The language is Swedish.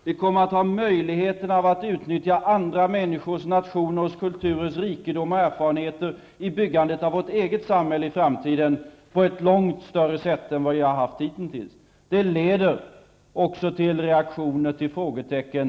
Vi kommer att långt mer än hittills ha möjligheter att utnyttja andra människors, nationers och kulturers rikedom och erfarenheter vid byggandet av vårt eget framtida samhälle. Detta leder också till reaktioner och till frågetecken.